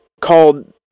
called